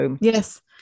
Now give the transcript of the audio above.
Yes